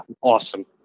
Awesome